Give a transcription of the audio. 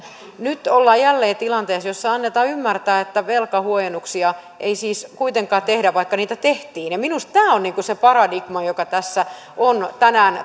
nyt olemme jälleen tilanteessa jossa annetaan ymmärtää että velkahuojennuksia ei siis kuitenkaan tehdä vaikka niitä tehtiin minusta tämä on se paradigma joka tässä on tänään